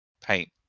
paint